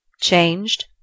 Changed